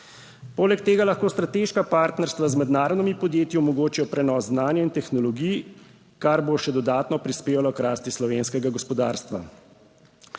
Poleg tega lahko strateška partnerstva z mednarodnimi podjetji omogočajo prenos znanja in tehnologij, kar bo še dodatno prispevalo k rasti slovenskega gospodarstva.